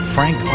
Frank